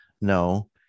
no